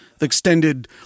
extended